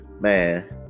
man